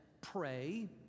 pray